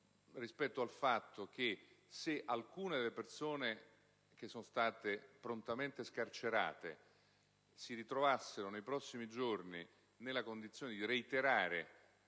rispetto al fatto che, se alcune delle persone prontamente scarcerate si ritrovassero nei prossimi giorni nella condizione di reiterare